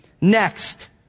Next